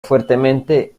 fuertemente